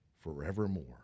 forevermore